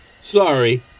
sorry